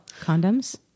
Condoms